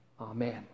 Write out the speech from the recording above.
Amen